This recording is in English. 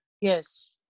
Yes